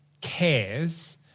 cares